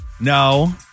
No